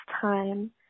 time